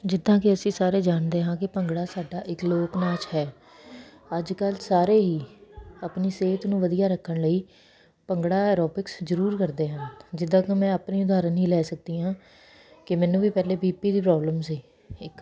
ਜਿੱਦਾਂ ਕਿ ਅਸੀਂ ਸਾਰੇ ਜਾਣਦੇ ਹਾਂ ਕਿ ਭੰਗੜਾ ਸਾਡਾ ਇਕ ਲੋਕ ਨਾਚ ਹੈ ਅੱਜ ਕੱਲ੍ਹ ਸਾਰੇ ਹੀ ਆਪਣੀ ਸਿਹਤ ਨੂੰ ਵਧੀਆ ਰੱਖਣ ਲਈ ਭੰਗੜਾ ਐਰੋਬਿਕਸ ਜ਼ਰੂਰ ਕਰਦੇ ਹਨ ਜਿੱਦਾਂ ਕਿ ਮੈਂ ਆਪਣੀ ਉਦਾਹਰਣ ਹੀ ਲੈ ਸਕਦੀ ਆਂ ਕਿ ਮੈਨੂੰ ਵੀ ਪਹਿਲੇ ਬੀਪੀ ਦੀ ਪ੍ਰੋਬਲਮ ਸੀ ਇੱਕ